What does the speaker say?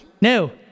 No